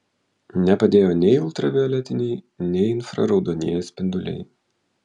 nepadėjo nei ultravioletiniai nei infraraudonieji spinduliai